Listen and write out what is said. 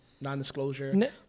non-disclosure